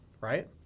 right